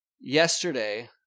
Yesterday